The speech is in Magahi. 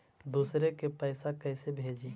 दुसरे के पैसा कैसे भेजी?